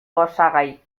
osagai